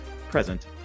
present